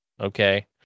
okay